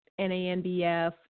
NANBF